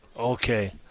Okay